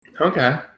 Okay